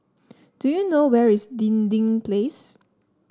do you know where is Dinding Place